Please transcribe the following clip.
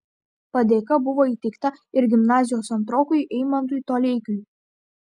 padėka buvo įteikta ir gimnazijos antrokui eimantui toleikiui